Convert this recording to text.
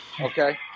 Okay